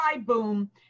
boom